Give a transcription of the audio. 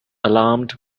alarmed